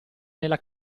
nella